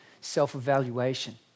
self-evaluation